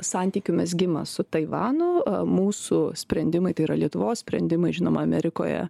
santykių mezgimas su taivanu mūsų sprendimai tai yra lietuvos sprendimai žinoma amerikoje